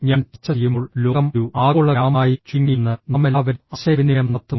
ഞാൻ ചർച്ച ചെയ്യുമ്പോൾ ലോകം ഒരു ആഗോള ഗ്രാമമായി ചുരുങ്ങിയെന്ന് നാമെല്ലാവരും ആശയവിനിമയം നടത്തുന്നു